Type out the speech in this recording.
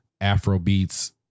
Afrobeats